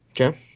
Okay